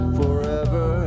forever